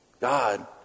God